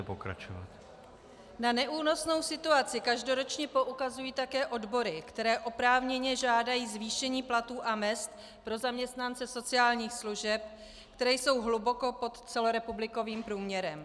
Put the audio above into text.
Na neúnosnou situaci každoročně poukazují také odbory, které oprávněně žádají zvýšení platů a mezd pro zaměstnance sociálních služeb, které jsou hluboko pod celorepublikovým průměrem.